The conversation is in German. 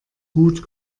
gut